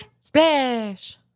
Splash